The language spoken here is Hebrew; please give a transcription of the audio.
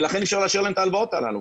ולכן אי אפשר לאשר להם את ההלוואות הללו.